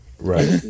right